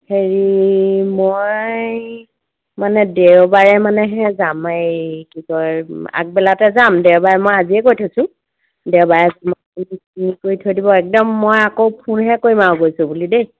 হেৰি মই মানে দেওবাৰে মানেহে যাম এই কি কয় আগবেলাতে যাম দেওবাৰে মই আজিয়ে কৈ থৈছোঁ দেওবাৰে তুলি কৰি থৈ দিব একদম মই আকৌ ফোনহে কৰিম আৰু গৈছোঁ বুলি দেই